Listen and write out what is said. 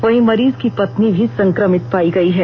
वहीं मरीज की पत्नी भी संक्रमित पायी गयी है